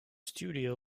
studio